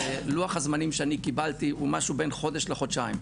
לוח הזמנים שאני קיבלתי הוא משהו בין חודש לחודשיים,